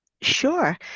Sure